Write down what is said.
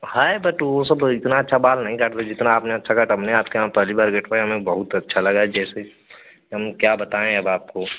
हैं बट वो सब इतना अच्छा बाल नहीं काट रहे जितना आपने अच्छा काटा हमने आपके यहाँ पहली बार कटवाया हमें बहुत अच्छा लगा जैसे हम क्या बताएँ अब आपको